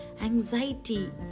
anxiety